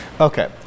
okay